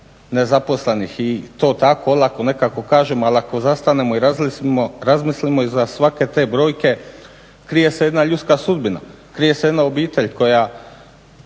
nezaposlenih i to tako olako nekako kažemo. Ali ako zastanemo i razmislimo iza svake te brojke krije se jedna ljudska sudbina, krije se jedna obitelj koja